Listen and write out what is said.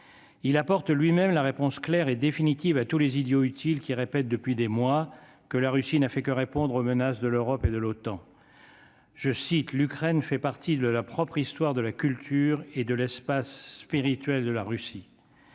il apporte lui-même la réponse claire et définitive à tous les idiots utiles qui répète depuis des mois que la Russie n'a fait que répondre aux menaces de l'Europe et de l'OTAN, je cite, l'Ukraine fait partie de la propre histoire de la culture et de l'espace spirituel de la Russie